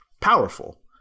powerful